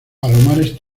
palomares